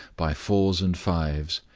by fours and fives,